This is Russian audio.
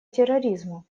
терроризму